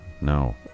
No